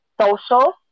social